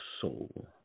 soul